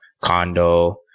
condo